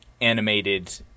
animated